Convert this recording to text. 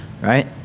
right